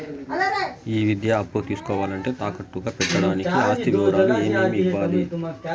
ఈ విద్యా అప్పు తీసుకోవాలంటే తాకట్టు గా పెట్టడానికి ఆస్తి వివరాలు ఏమేమి ఇవ్వాలి?